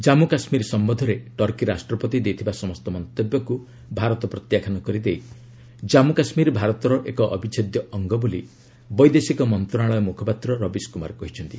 ଜାମ୍ମୁ କାଶ୍ମୀର ସମ୍ପନ୍ଧରେ ଟର୍କି ରାଷ୍ଟ୍ରପତି ଦେଇଥିବା ସମସ୍ତ ମନ୍ତବ୍ୟକୁ ଭାରତ ପ୍ରତ୍ୟାଖ୍ୟାନ କରି ଜାମ୍ମୁ କାଶ୍କୀର ଭାରତର ଏକ ଅଭିଚ୍ଛେଦ ଅଙ୍ଗ ବୋଲି ବୈଦେଶିକ ମନ୍ତ୍ରଣାଳୟ ମୁଖପାତ୍ର ରବିଶ କୁମାର କହିଛନ୍ତି